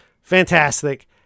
Fantastic